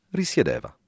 risiedeva